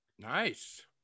nice